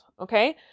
okay